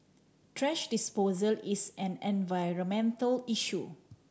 thrash disposal is an environmental issue